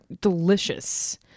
delicious